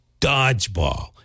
Dodgeball